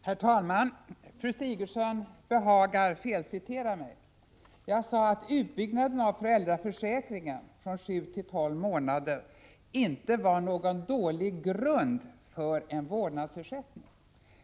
Herr talman! Fru Sigurdsen behagar felcitera mig. Jag sade att utbyggnaden av föräldraförsäkringen från sju till tolv månader inte var någon dålig grund för en vårdnadsersättning.